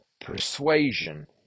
persuasion